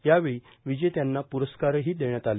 यावेळी विजेत्यांना प्रस्कारही देण्यात आले